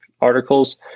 articles